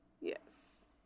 yes